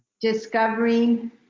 discovering